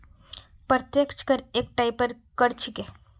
प्रत्यक्ष कर एक टाइपेर कर छिके